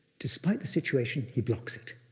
despite the situation, he blocks it.